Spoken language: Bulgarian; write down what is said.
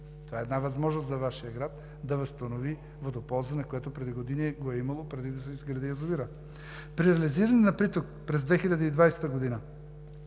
това е една възможност за Вашия град да възстанови водоползване, което преди години го е имало, преди да се изгради язовирът. При анализиране на приток през 2010 г.,